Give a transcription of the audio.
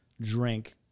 drink